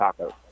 tacos